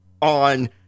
on